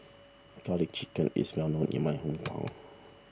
Garlic Chicken is well known in my hometown